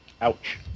ouch